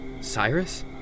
Cyrus